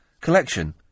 collection